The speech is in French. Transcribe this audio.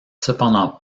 cependant